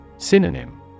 Synonym